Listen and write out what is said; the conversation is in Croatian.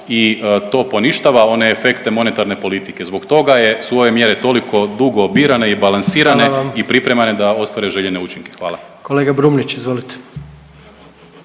i to poništava one efekte monetarne politike. Zbog toga su ove mjere toliko dugo birane i balansirane …/Upadica predsjednik: Hvala vam./… i